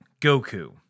Goku